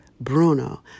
Bruno